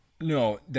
No